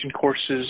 courses